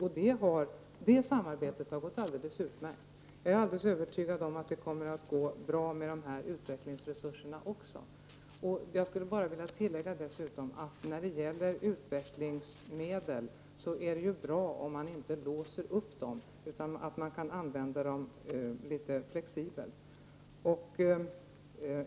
Och detta samarbete har gått alldeles utmärkt. Jag är alldeles övertygad om att det kommer att gå bra med de här utvecklingsresurserna. Dessutom vill jag bara tillägga att det när det gäller utvecklingsmedel är bra om man inte låser dem, utan att man kan använda dem litet flexibelt.